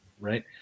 Right